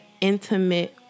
intimate